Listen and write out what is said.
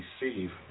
receive